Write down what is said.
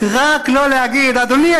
רק לא להגיד: אדוני,